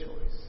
choice